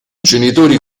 genitori